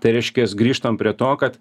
tai reiškias grįžtam prie to kad